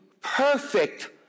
perfect